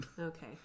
Okay